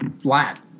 flat